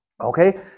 okay